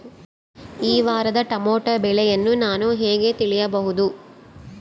ಈ ವಾರದ ಟೊಮೆಟೊ ಬೆಲೆಯನ್ನು ನಾನು ಹೇಗೆ ತಿಳಿಯಬಹುದು?